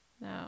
No